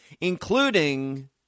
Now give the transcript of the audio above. including